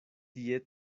tie